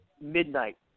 midnight